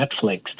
Netflix